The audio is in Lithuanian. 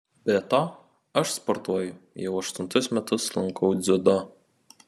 be to aš sportuoju jau aštuntus metus lankau dziudo